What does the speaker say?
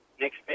Next